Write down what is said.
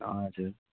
हजुर